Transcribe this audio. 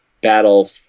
battle